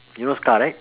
you know ska right